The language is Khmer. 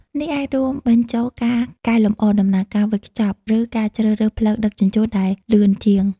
នេះអាចរួមបញ្ចូលការកែលម្អដំណើរការវេចខ្ចប់ ឬការជ្រើសរើសផ្លូវដឹកជញ្ជូនដែលលឿនជាង។